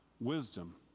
wisdom